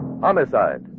homicide